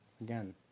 Again